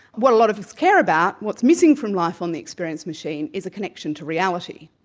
what a lot of us care about, what's missing from life on the experience machine is a connection to reality.